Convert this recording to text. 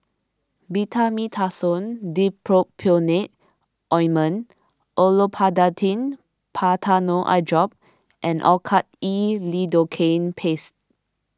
Betamethasone Dipropionate Ointment Olopatadine Patanol Eyedrop and Oracort E Lidocaine Paste